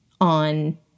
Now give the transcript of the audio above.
on